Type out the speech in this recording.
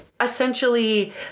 essentially